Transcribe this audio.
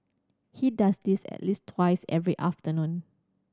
he does this at least twice every afternoon